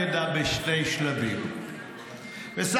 בשני שלבים על ידי חברת מודי'ס.